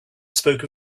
spoke